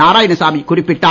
நாராயணசாமி குறிப்பிட்டார்